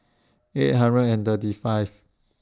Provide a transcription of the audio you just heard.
eight hundred and thirty five